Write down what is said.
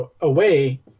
away